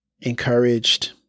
encouraged